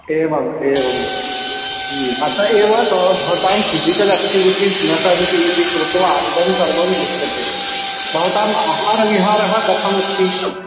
एवम् एवं अतः एव तव भवतां फ़िसिचल् आक्टिविटीस् न सन्ती इति कृत्वा इदं सर्वं दृश्यते भवताम् आहारविहारः कथमस्ति